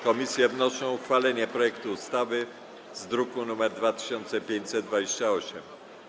Komisje wnoszą o uchwalenie projektu ustawy z druku nr 2528.